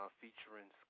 featuring